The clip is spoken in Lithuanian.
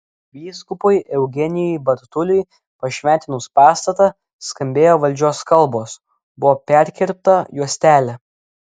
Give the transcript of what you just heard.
vyskupui eugenijui bartuliui pašventinus pastatą skambėjo valdžios kalbos buvo perkirpta juostelė